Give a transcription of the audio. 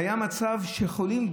היו חולים,